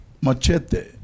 Machete